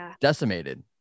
decimated